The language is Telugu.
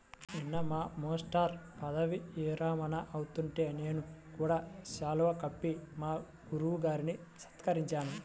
నిన్న మా మేష్టారు పదవీ విరమణ అవుతుంటే నేను కూడా శాలువా కప్పి మా గురువు గారిని సత్కరించాను